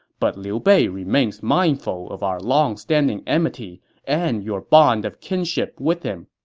but liu bei remains mindful of our longstanding enmity and your bond of kinship with him.